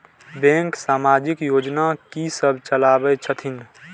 Bank समाजिक योजना की सब चलावै छथिन?